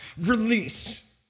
release